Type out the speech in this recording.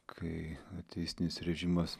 kai ateistinis režimas